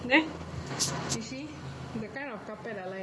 there you see the kind of carpet I like